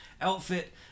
outfit